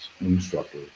instructor